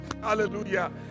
Hallelujah